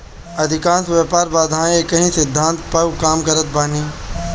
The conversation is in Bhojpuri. अधिकांश व्यापार बाधाएँ एकही सिद्धांत पअ काम करत बानी